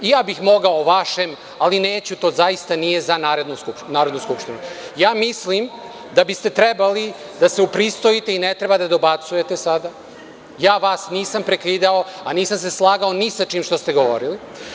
I ja bih mogao o vašem ali neću, to zaista nije za Narodnu skupštinu. (Aleksandar Vučić, s mesta: Molim te ajde.) Mislim da biste trebali da se upristojite i ne treba da dobacujete sada, ja vas nisam prekidao a nisam se slagao ni sa čim što ste govorili.